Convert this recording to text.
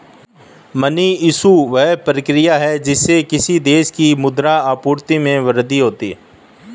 money issue, वह प्रक्रिया है जिससे किसी देश की मुद्रा आपूर्ति में वृद्धि होती है